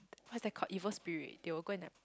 what's that called evil spirit they will go and like